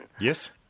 Yes